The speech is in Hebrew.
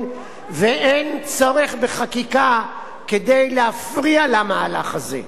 ואין צורך בחקיקה כדי להפריע למהלך הזה.